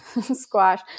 squash